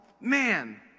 Man